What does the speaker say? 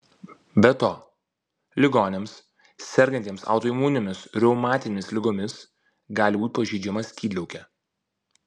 be to ligoniams sergantiems autoimuninėmis reumatinėmis ligomis gali būti pažeidžiama skydliaukė